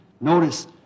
Notice